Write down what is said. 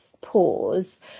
pause